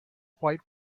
white